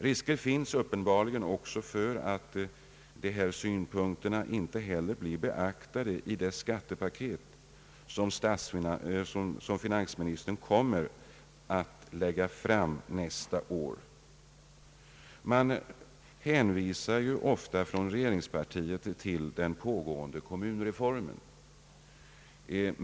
Risker finns uppenbarligen också för att dessa synpunkter icke blir beaktade i det skattepaket som finansministern kommer att lägga fram nästa år. Man hänvisar från regeringspartiet ofta till den pågående kommunreformen.